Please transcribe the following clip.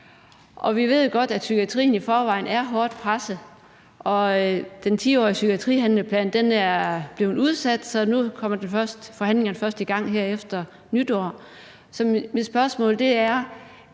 vi ved godt, at psykiatrien i forvejen er hårdt presset. Den 10-års psykiatrihandleplan er blevet udsat, så nu kommer forhandlingerne først i gang her efter nytår. Mit spørgsmål er: